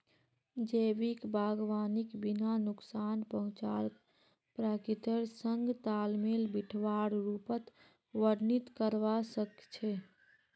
जैविक बागवानीक बिना नुकसान पहुंचाल प्रकृतिर संग तालमेल बिठव्वार रूपत वर्णित करवा स ख छ